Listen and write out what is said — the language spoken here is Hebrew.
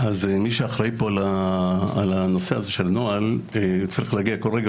אז מי שאחראי פה על הנושא הזה של נוהל צריך להגיע כל רגע,